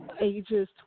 ages